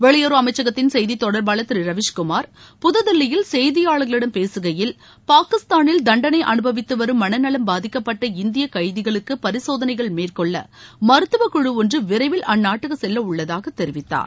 வெளியுறவு அமைச்சகத்தின் செய்தித் தொடர்பாளர் திரு ரவீஷ்குமார் புதுதில்லியில் செய்தியாளர்களிடம் பேசுகையில் பாகிஸ்தானில் தண்டனை அனுபவித்து வரும் மனநலம் பாதிக்கப்பட்ட இந்திய கைதிகளுக்கு பரிசோதனைகள் மேற்கொள்ள மருத்துவ குழு ஒன்று விரைவில் அந்நாட்டுக்கு செல்லவுள்ளதாக தெரிவித்தார்